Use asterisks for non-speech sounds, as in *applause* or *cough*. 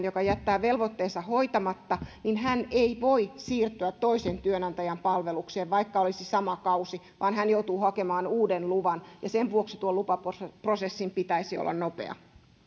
*unintelligible* joka jättää velvoitteensa hoitamatta niin hän ei voi siirtyä toisen työnantajan palvelukseen vaikka olisi sama kausi vaan hän joutuu hakemaan uuden luvan sen vuoksi tuon lupaprosessin pitäisi olla nopea